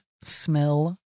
smell